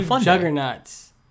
juggernauts